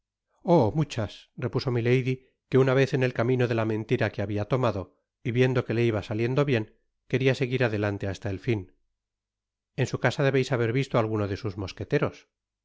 oh muchas repuso milady que una vez en el camino de la mentira que habia tomado y viendo que le iba saliendo bien queria seguir adelante basta el fin en su casa debeis haber visto alguno de sus mosqueteros